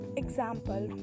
example